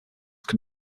can